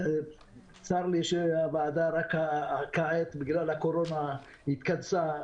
צר לי שהוועדה רק כעת בגלל הקורנה התכנסה.